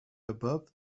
above